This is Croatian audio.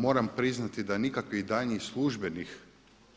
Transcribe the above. Moram priznati da nikakvih daljnjih službenih